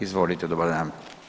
Izvolite, dobar dan.